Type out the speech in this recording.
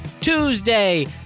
Tuesday